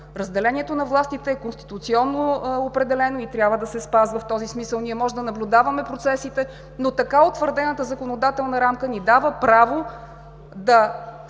Разделението на властите е конституционно определено и трябва да се спазва. В този смисъл ние можем да наблюдаваме процесите, но така утвърдената законодателна рамка ни дава право да бъдем само